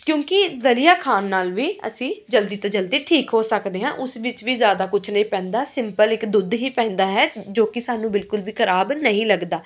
ਕਿਉਂਕਿ ਦਲੀਆ ਖਾਣ ਨਾਲ ਵੀ ਅਸੀਂ ਜਲਦੀ ਤੋਂ ਜਲਦੀ ਠੀਕ ਹੋ ਸਕਦੇ ਹਾਂ ਉਸ ਵਿੱਚ ਵੀ ਜ਼ਿਆਦਾ ਕੁਝ ਨਹੀਂ ਪੈਂਦਾ ਸਿੰਪਲ ਇੱਕ ਦੁੱਧ ਹੀ ਪੈਂਦਾ ਹੈ ਜੋ ਕਿ ਸਾਨੂੰ ਬਿਲਕੁਲ ਵੀ ਖਰਾਬ ਨਹੀਂ ਲੱਗਦਾ